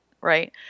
right